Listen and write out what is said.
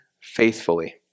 faithfully